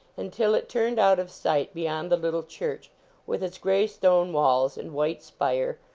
until it turned out of sight beyond the little church with its gray stone walls and white spire,